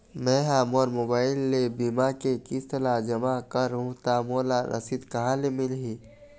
मैं हा मोर मोबाइल ले बीमा के किस्त ला जमा कर हु ता मोला रसीद कहां ले मिल ही?